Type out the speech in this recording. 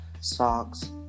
socks